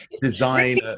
Design